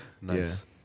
Nice